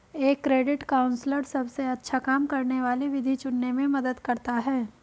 एक credit counsellor सबसे अच्छा काम करने वाली विधि चुनने में मदद करता है